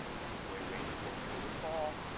that's way range work, you'll recall.